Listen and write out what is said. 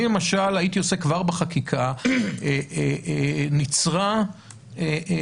אני למשל הייתי עושה כבר בחקיקה ניצרה שקטה